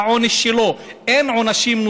זה העונש שלו.